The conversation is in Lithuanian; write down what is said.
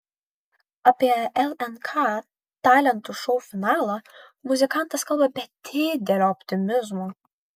apie lnk talentų šou finalą muzikantas kalba be didelio optimizmo